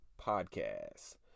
Podcast